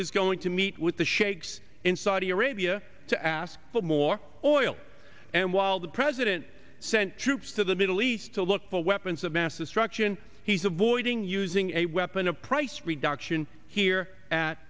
is going to meet with the shakes in saudi arabia to ask for more oil and while the president sent troops to the middle east to look for weapons of mass destruction he's avoiding using a weapon of price reduction here at